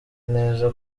neza